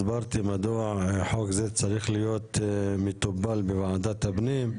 הסברתי מדוע החוק הזה צריך להיות מטופל בוועדת הפנים,